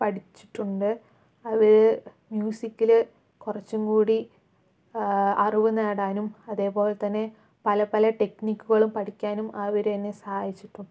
പഠിച്ചിട്ടുണ്ട് അവർ മ്യൂസിക്കിൽ കുറച്ചുംകൂടി അറിവ് നേടാനും അതേപോലെത്തന്നെ പലപല ടെക്നിക്കുകകളും പഠിക്കാനും അവരെന്നെ സഹായിച്ചിട്ടുണ്ട്